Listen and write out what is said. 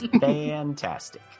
Fantastic